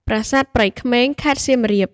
ប្រាសាទព្រៃក្មេង (ខេត្តសៀមរាប)។